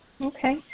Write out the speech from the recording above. Okay